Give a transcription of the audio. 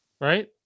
right